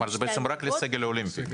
אבל זה בעצם רק לסגל האולימפי.